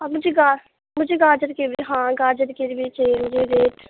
اور مجھے گا مجھے گاجر کے بھی ہاں گاجر کے بھی چاہیے مجھے ریٹ